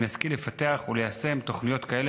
אם נשכיל לפתח וליישם תוכניות כאלה,